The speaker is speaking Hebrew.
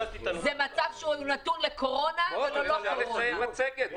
זה מצב שהוא נתון בזמן קורונה ולא בזמן קורונה.